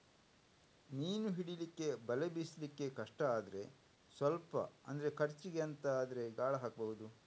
ಮೀನು ಹಿಡೀಲಿಕ್ಕೆ ಬಲೆ ಬೀಸ್ಲಿಕ್ಕೆ ಕಷ್ಟ ಆದ್ರೆ ಸ್ವಲ್ಪ ಅಂದ್ರೆ ಖರ್ಚಿಗೆ ಅಂತ ಆದ್ರೆ ಗಾಳ ಹಾಕ್ಬಹುದು